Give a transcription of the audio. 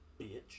bitch